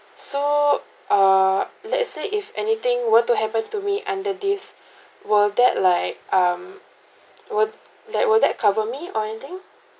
so err let's say if anything were to happen to me under these will that like um will like will that cover me or anything